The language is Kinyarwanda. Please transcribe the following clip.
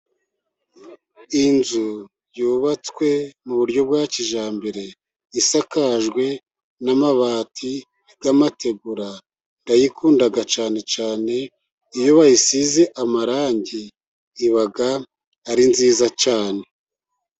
Inzu yubatswe mu buryo bwa kijyambere isakajwe n'amabati yamategura. Ndayikunda cyane cyane iyo bayisize amarangi. Iba ari nziza cyane.